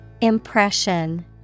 Impression